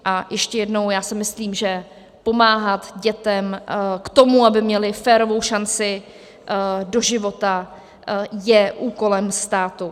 A ještě jednou, já si myslím, že pomáhat dětem k tomu, aby měly férovou šanci do života, je úkolem státu.